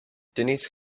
denise